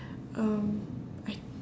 um I